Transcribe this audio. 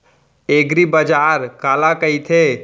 एगरीबाजार काला कहिथे?